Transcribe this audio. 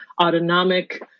autonomic